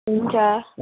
हुन्छ